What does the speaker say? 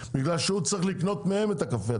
בגלל שהוא צריך לקנות מהם את הקפה,